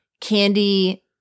Candy